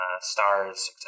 stars